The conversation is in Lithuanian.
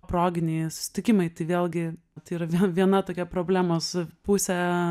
proginiai susitikimai tai vėlgi tai yra viena tokia problema su puse